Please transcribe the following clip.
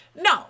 No